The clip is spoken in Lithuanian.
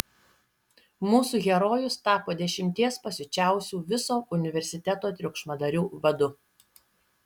mūsų herojus tapo dešimties pasiučiausių viso universiteto triukšmadarių vadu